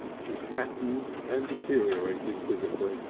he fattened and deteriorated physically,